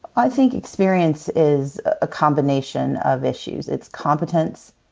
i think experience is a combination of issues. it's competence,